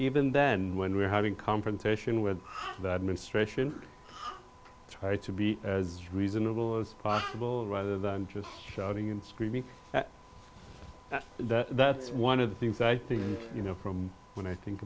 even then when we were having confrontation with the administration try to be as reasonable as possible rather than just shouting and screaming that that's one of the things that i think you know from when i think